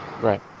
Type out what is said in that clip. Right